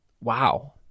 wow